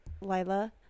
Lila